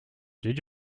did